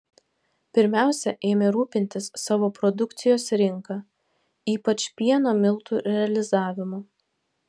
pirmiausia ėmė rūpintis savo produkcijos rinka ypač pieno miltų realizavimu